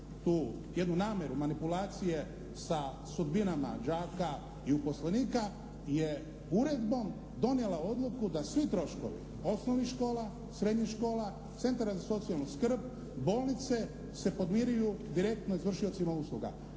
tu jednu namjeru manipulacije sa sudbinama đaka i uposlenika je uredbom donijela odluku da svi troškovi osnovnih škola, srednjih škola, centara za socijalnu skrb, bolnice se podmiruju direktno izvršiocima usluga.